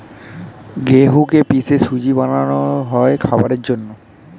গেহুকে পিষে সুজি বানানো হয় খাবারের জন্যে